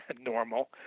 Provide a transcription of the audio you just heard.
normal